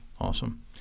Awesome